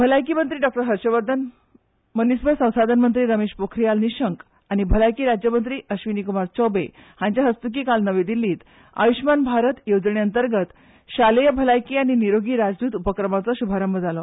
भलायकी मंत्री डॉ हर्षवर्धन मनीसबळ संसाधन मंत्री रमश पोखरीयाल निशंक आनी भलायकी राज्यमंत्री अश्वीनीकुमार चौबे हांचे हस्तुकीं काल नवी दिल्लींत आयुशमान भारत येवजणे खाला शालेय भलायकी आनी निरोगी राजदूत उपक्रमाचो शुभारंब जालो